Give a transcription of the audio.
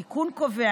התיקון קובע,